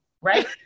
right